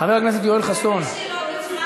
חבר הכנסת יואל חסון, מוותר.